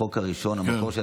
החוק הראשון במקור,